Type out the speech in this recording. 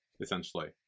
essentially